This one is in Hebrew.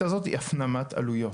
הפנמת עלויות.